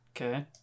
Okay